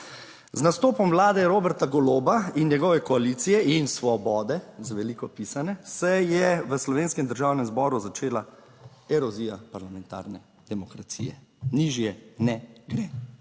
Z nastopom vlade Roberta Goloba in njegove koalicije in Svobode, z veliko pisane, se je v slovenskem državnem zboru začela erozija parlamentarne demokracije. Nižje ne gre.